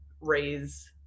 raise